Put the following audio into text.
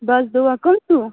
بَس دُعا کٕم چھُو